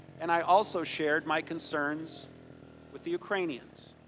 and, i also shared my concerns with the ukrainians.